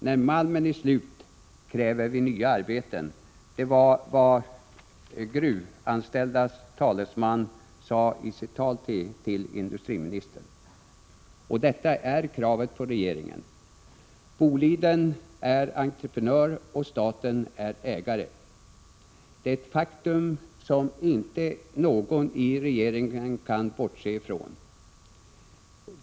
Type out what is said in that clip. När malmen är slut kräver vi nya arbeten.” — Det var vad de gruvanställdas talesman sade i sitt tal till industriministern. Detta är kravet på regeringen. Boliden är entreprenör, och staten är ägare. Det är ett faktum som ingen i regeringen kan bortse ifrån.